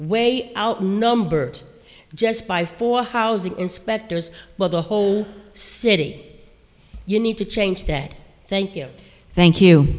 way out numbered just by for housing inspectors well the whole city you need to change that thank you thank you